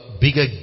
bigger